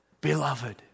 Beloved